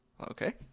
okay